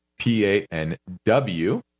PANW